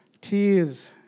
tears